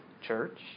church